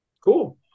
Cool